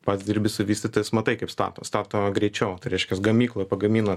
pats dirbi su vystytais matai kaip stato stato greičiau reiškias gamykloj pagamina